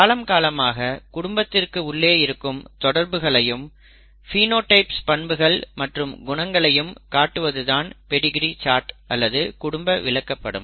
காலம் காலமாக குடும்பத்திற்கு உள்ளே இருக்கும் தொடர்புகளையும் பினோடைப்ஸ் பண்புகள் மற்றும் குணங்களையும் காட்டுவது தான் பெடிகிரி சார்ட் அல்லது குடும்ப விளக்கப்படம்